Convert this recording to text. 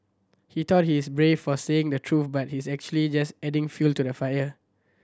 he thought he's brave for saying the truth but he's actually just adding fuel to the fire